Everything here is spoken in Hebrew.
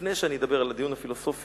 לפני שאני אדבר על הדיון הפילוסופי,